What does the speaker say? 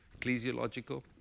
ecclesiological